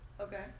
Okay